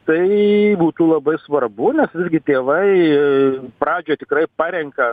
tai būtų labai svarbu nes visgi tėvai ir pradžioj tikrai parenka